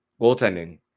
Goaltending